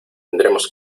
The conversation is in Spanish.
tendremos